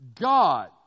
God